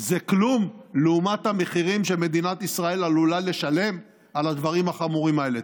זה כלום לעומת המחירים שמדינת ישראל עלולה לשלם על הדברים החמורים האלה.